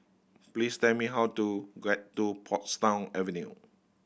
please tell me how to get to Portsdown Avenue